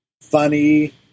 funny